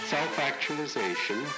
Self-actualization